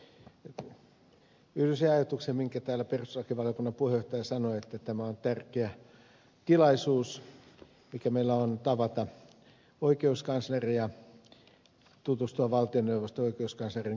yhdyn siihen ajatukseen minkä täällä perustuslakivaliokunnan puheenjohtaja sanoi että tämä on tärkeä tilaisuus mikä meillä on tavata oikeuskansleria tutustua valtioneuvoston oikeuskanslerin kertomukseen